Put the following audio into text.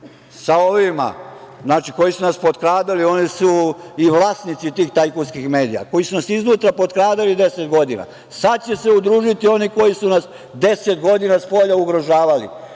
sa ovima, znači, oni koji su nas potkradali su i vlasnici tih tajkunskih medija, koji su nas iznutra potkradali deset godina, sad će se udružiti oni koji su nas 10 godina spolja ugrožavali,